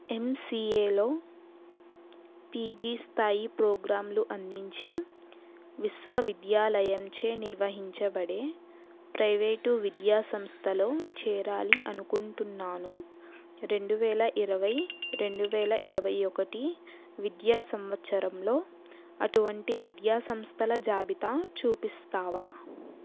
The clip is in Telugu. ఎంసిఏలో పీజీ స్థాయి ప్రోగ్రాంలు అందించే విశ్వవిద్యాలయంచే నిర్వహించబడే ప్రైవేటు విద్యా సంస్థలో చేరాలి అనుకుంటున్నాను రెండువేల ఇరవై రెండువేల ఇరవై ఒకటి విద్యా సంవత్సరంలో అటువంటి విద్యా సంస్థల జాబితా చూపిస్తావా